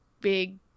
big